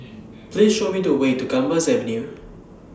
Please Show Me The Way to Gambas Avenue